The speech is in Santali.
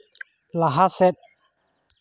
ᱞᱟᱦᱟ ᱥᱮᱫ